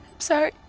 sorry.